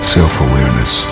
Self-awareness